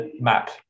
map